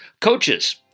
Coaches